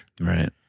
Right